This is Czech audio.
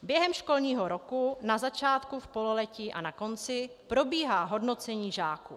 Během školního roku na začátku, v pololetí a na konci probíhá hodnocení žáků.